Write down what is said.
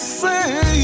say